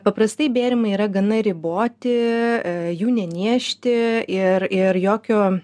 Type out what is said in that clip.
paprastai bėrimai yra gana riboti jų neniežti ir ir jokio